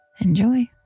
Enjoy